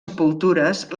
sepultures